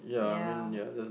ya